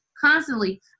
constantly